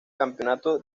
campeonato